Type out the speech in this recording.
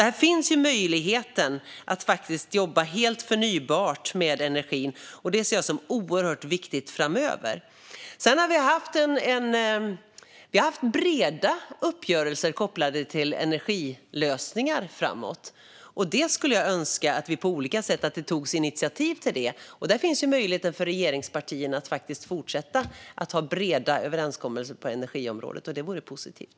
Här finns möjlighet att jobba helt förnybart med energin. Det ser jag som viktigt framöver. Vi har haft breda uppgörelser om energilösningar. Jag skulle önska att det togs initiativ till det på olika sätt. Det finns möjlighet för regeringspartierna att fortsätta ha breda överenskommelser på energiområdet. Det vore positivt.